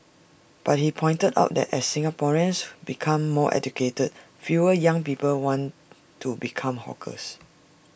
but he pointed out that as Singaporeans become more educated fewer young people want to become hawkers